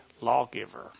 lawgiver